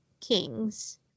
Kings